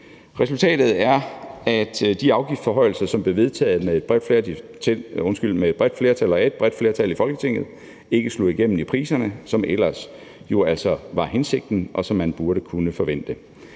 Resultatet er, at de afgiftsforhøjelser, der blev vedtaget af et bredt flertal i Folketinget, ikke er slået igennem i priserne, som det jo ellers var hensigten, og som man burde kunne forvente.